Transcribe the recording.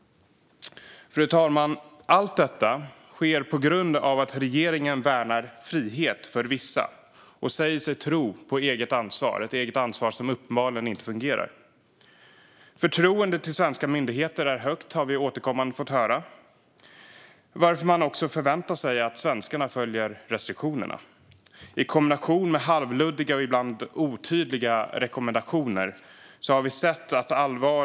Fru talman! Allt detta sker på grund av att regeringen värnar frihet för vissa och säger sig tro på eget ansvar, något som uppenbarligen inte fungerar. Förtroendet för svenska myndigheter är högt, har vi återkommande fått höra, varför man förväntar sig att svenskarna följer restriktionerna. I kombination med halvluddiga och ibland otydliga rekommendationer har man manat människor att ta detta på allvar.